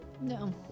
No